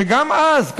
שגם אז,